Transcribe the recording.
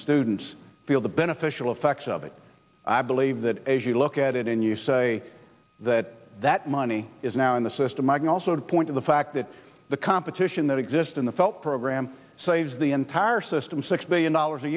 students feel the beneficial effects of it i believe that as you look at it and you say that that money is now in the system agnel sort of point to the fact that the competition that exist in the felt program saves the entire system six billion dollars a